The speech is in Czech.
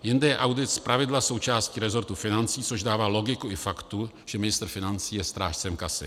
Jinde je audit zpravidla součástí resortu financí, což dává logiku i faktu, že ministr financí je strážcem kasy.